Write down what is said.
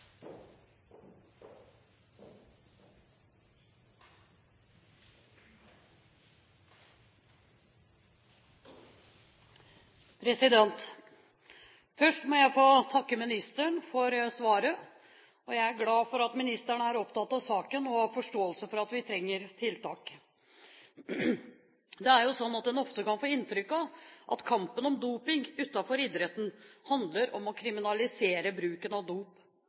glad for at ministeren er opptatt av saken og har forståelse for at vi trenger tiltak. Det er jo sånn at en ofte kan få inntrykk av at kampen om doping utenfor idretten handler om å kriminalisere bruken av dop.